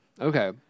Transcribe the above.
Okay